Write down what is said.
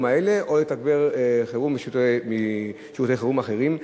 האלה או לתגבר שירותי חירום אחרים.